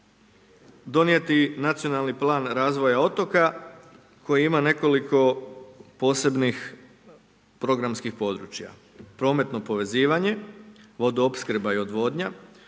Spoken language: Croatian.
donijeti nacionalni plan razvoja otoka koji ima nekoliko posebnih programskih područja: prometno povezivanje, vodoopskrba i odvodnja,